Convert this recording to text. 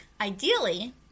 Ideally